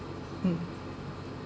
um